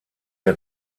der